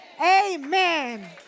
Amen